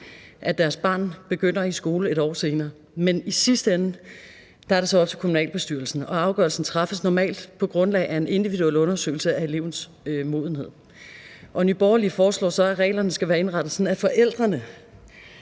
at deres barn begynder i skole 1 år senere, men i sidste ende er det op til kommunalbestyrelsen, og afgørelsen træffes normalt på grundlag af en individuel undersøgelse af elevens modenhed. Nye Borgerlige foreslår så, at reglerne skal være indrettet sådan, at forældrene